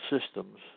systems